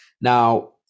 Now